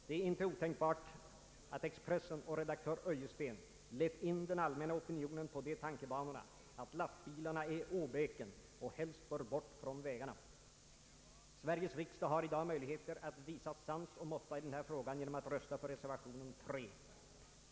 Det är inte otänkbart att Expressen och redaktör Öjesten lett in den allmänna opinionen på de tankebanorna att lastbilarna är ”åbäken” och helst bör bort från vägarna. Sveriges riksdag har i dag möjligheter att visa sans och måtta i den här frågan genom att rösta för reservation III.